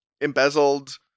embezzled